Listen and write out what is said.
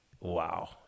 wow